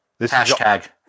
Hashtag